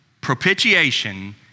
propitiation